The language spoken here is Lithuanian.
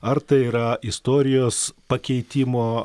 ar tai yra istorijos pakeitimo